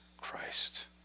Christ